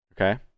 Okay